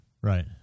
Right